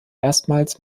erstmals